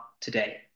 today